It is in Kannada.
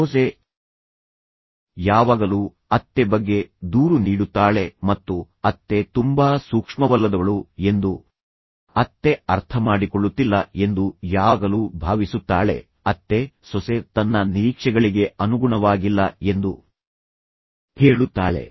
ಸೊಸೆ ಯಾವಾಗಲೂ ಅತ್ತೆ ಬಗ್ಗೆ ದೂರು ನೀಡುತ್ತಾಳೆ ಮತ್ತು ಅತ್ತೆ ತುಂಬಾ ಸೂಕ್ಷ್ಮವಲ್ಲದವಳು ಎಂದು ಅತ್ತೆ ಅರ್ಥಮಾಡಿಕೊಳ್ಳುತ್ತಿಲ್ಲ ಎಂದು ಯಾವಾಗಲೂ ಭಾವಿಸುತ್ತಾಳೆ ಅತ್ತೆ ಸೊಸೆ ತನ್ನ ನಿರೀಕ್ಷೆಗಳಿಗೆ ಅನುಗುಣವಾಗಿಲ್ಲ ಎಂದು ಹೇಳುತ್ತಾಳೆ